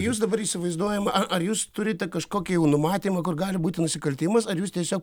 jūs dabar įsivaizduojam ar ar jūs turite kažkokį jau numatymą kur gali būti nusikaltimas ar jūs tiesiog